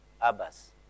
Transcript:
Abbas